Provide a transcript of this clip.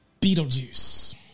Beetlejuice